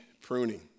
pruning